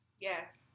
Yes